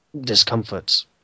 discomforts